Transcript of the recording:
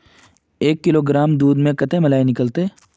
एक किलोग्राम दूध में कते मलाई निकलते?